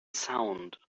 sound